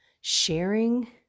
sharing